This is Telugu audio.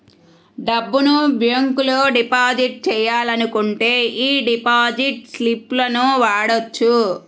డబ్బును బ్యేంకులో డిపాజిట్ చెయ్యాలనుకుంటే యీ డిపాజిట్ స్లిపులను వాడొచ్చు